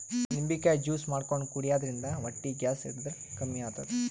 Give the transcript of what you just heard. ನಿಂಬಿಕಾಯಿ ಜ್ಯೂಸ್ ಮಾಡ್ಕೊಂಡ್ ಕುಡ್ಯದ್ರಿನ್ದ ಹೊಟ್ಟಿ ಗ್ಯಾಸ್ ಹಿಡದ್ರ್ ಕಮ್ಮಿ ಆತದ್